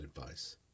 advice